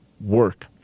work